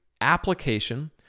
application